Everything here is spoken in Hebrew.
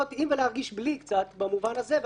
להיות עם ולהרגיש בלי קצת במובן הזה,